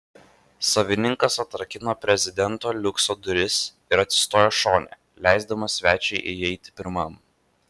savininkas atrakino prezidentinio liukso duris ir atsistojo šone leisdamas svečiui įeiti pirmam